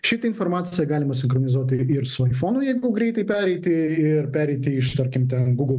šitą informaciją galima sinchronizuoti ir su aifonu jeigu greitai pereiti ir pereiti iš tarkim ten gugl